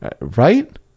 Right